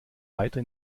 weiter